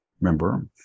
remember